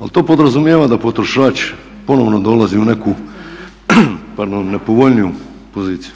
Ali to podrazumijeva da potrošač ponovno dolazi u neku nepovoljniju poziciju.